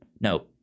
No